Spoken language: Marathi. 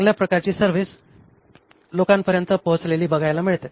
चांगल्या प्रकारची सर्व्हिस लोकांपर्यंत पोहोचलेली बघायला मिळते